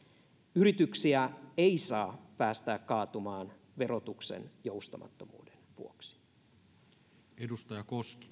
yrityksiä ei saa päästää kaatumaan verotuksen joustamattomuuden vuoksi